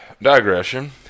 Digression